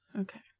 Okay